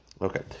Okay